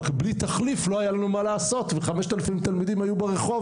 רק בלי תחליף לא היה לנו מה לעשות ו-5,000 תלמידים היו ברחוב.